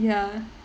ya